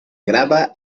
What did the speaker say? grava